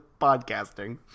podcasting